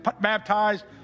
baptized